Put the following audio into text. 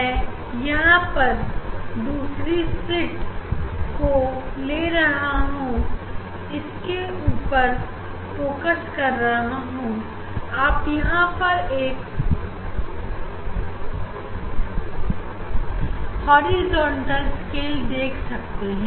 मैं यहां पर दूसरी सिलिट स्वीट को ले रहा हूं और इसके ऊपर फोकस कर रहा हूं आप यहां पर एक हॉरिजॉन्टल स्केल को देख सकते हैं